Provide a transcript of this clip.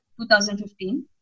2015